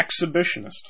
exhibitionist